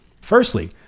Firstly